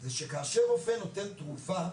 זה שכאשר רופא נותן תרופה,